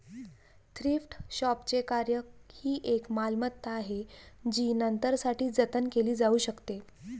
thrift शॉपचे कार्य ही एक मालमत्ता आहे जी नंतरसाठी जतन केली जाऊ शकते